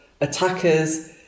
attackers